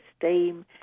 esteem